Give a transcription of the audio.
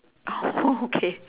oh K